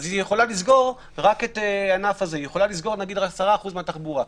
אז הממשלה יכולה לסגור רק ענף או נגיד רק 10% מהתחבורה,